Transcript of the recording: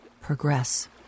progress